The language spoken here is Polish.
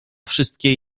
wszystkie